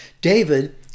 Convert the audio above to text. David